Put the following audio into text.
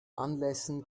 anlässen